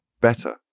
better